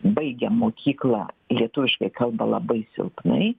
baigę mokyklą lietuviškai kalba labai silpnai